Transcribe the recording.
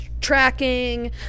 tracking